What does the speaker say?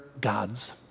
gods